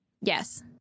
Yes